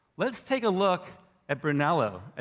let's take a look at brunello, ah